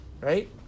right